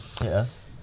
Yes